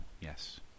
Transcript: Yes